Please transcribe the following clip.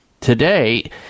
today